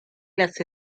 las